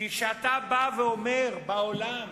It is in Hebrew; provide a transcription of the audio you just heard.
כי כשאתה בא ואומר בעולם